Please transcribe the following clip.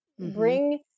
Bring